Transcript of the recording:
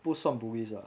不算 bugis lah